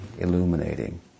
illuminating